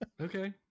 Okay